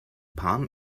palm